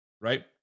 right